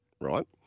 right